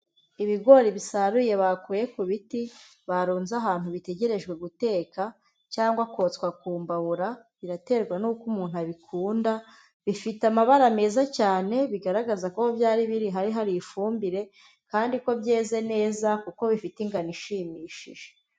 Ibigori bisaruye bakuye ku biti barunze ahantu bitegerejwe guteka cyangwa kotswa ku mbabura, biraterwa n'uko umuntu abikunda, bifite amabara meza cyane bigaragaza ko aho byari biri hari hari ifumbire kandi ko byeze neza, kuko bifite ingano ishimishije.